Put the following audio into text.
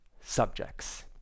subjects